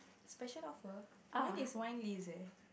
special offer mine is wine list eh